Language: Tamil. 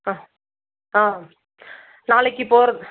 ஆ ஆ நாளைக்கு போகிறது